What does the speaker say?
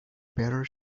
better